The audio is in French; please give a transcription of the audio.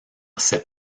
ses